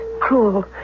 cruel